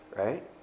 right